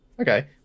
Okay